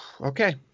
okay